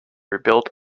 rebuilt